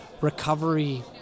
recovery